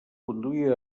conduir